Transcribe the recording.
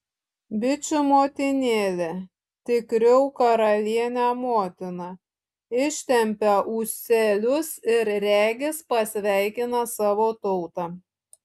bičių motinėlė tikriau karalienė motina ištempia ūselius ir regis pasveikina savo tautą